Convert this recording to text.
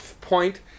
point